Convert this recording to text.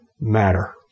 matter